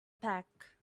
pack